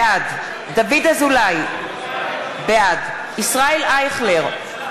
בעד דוד אזולאי, בעד ישראל אייכלר,